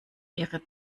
ihre